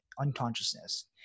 unconsciousness